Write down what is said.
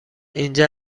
اینجا